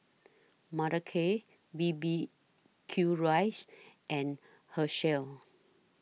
Mothercare B B Q Rice and Herschel